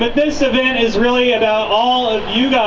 this event is really about all ah yeah